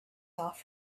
off